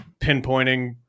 pinpointing